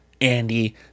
Andy